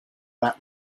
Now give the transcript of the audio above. about